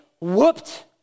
whooped